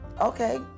Okay